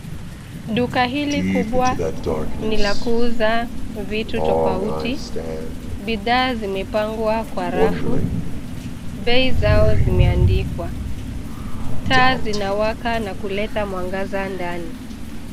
Duka hili kubwa ni la kuuza vitu tofauti. Bidhaa zimepangwa kwa rafu. Bei zao zimeandikwa. Taa zinawaka na kuleta mwangaza ndani.